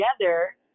together